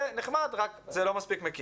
זה נחמד, רק זה לא מספיק מקיף.